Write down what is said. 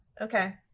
Okay